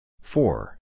Four